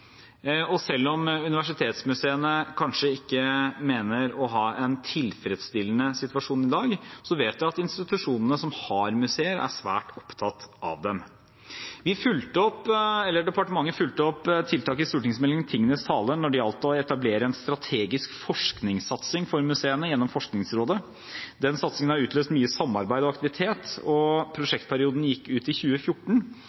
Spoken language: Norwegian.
Og selv om universitetsmuseene kanskje ikke mener å ha en tilfredsstillende situasjon i dag, vet vi at institusjonene som har museer, er svært opptatt av dem. Departementet fulgte opp tiltak i stortingsmeldingen Tingenes tale når det gjaldt å etablere en strategisk forskningssatsing for museene gjennom Forskningsrådet. Den satsingen har utløst mye samarbeid og aktivitet, og prosjektperioden gikk ut i 2014.